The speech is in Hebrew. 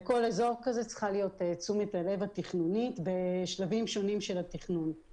לכל אזור כזה צריכה להיות תשומת הלב תכנונית בשלבים שונים של התכנון.